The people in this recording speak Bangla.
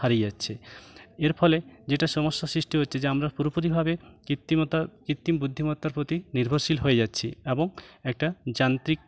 হারিয়ে যাচ্ছে এর ফলে যেটা সমস্যার সিষ্টি হচ্ছে যে আমরা পুরোপুরিভাবে কৃত্রিমতা কৃত্রিম বুদ্ধিমত্তার প্রতি নির্ভরশীল হয়ে যাচ্ছি এবং একটা যান্ত্রিক